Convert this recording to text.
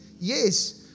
Yes